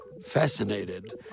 Fascinated